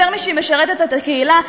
יותר משהיא משרתת את הקהילה,